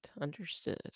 understood